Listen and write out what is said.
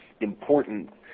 important